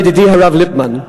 ידידי הרב ליפמן,